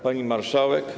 Pani Marszałek!